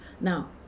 now